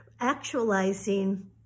actualizing